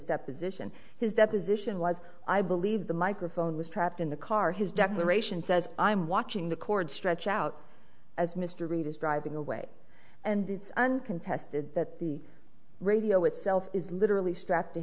deposition his deposition was i believe the microphone was trapped in the car his declaration says i'm watching the cord stretch out as mr reid is driving away and it's uncontested that the radio itself is literally strapped to